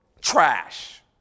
trash